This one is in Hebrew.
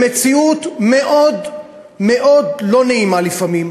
במציאות מאוד מאוד לא נעימה לפעמים,